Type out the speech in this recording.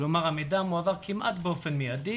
כלומר: המידע מועבר כמעט באופן מידי,